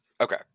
Okay